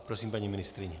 Prosím, paní ministryně.